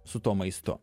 su tuo maistu